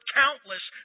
countless